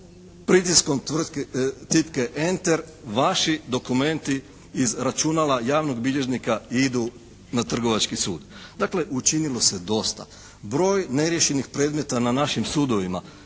Pritiskom tipke enter vaši dokumenti iz računa javnog bilježnika idu na Trgovački sud. Dakle, učinilo se dosta. Broj neriješenih predmeta na našim sudovima,